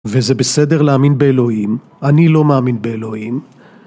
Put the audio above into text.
וזה בסדר להאמין באלוהים. אני לא מאמין באלוהים.